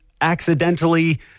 accidentally